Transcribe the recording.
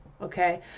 Okay